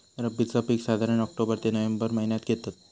रब्बीचा पीक साधारण ऑक्टोबर ते नोव्हेंबर महिन्यात घेतत